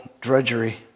drudgery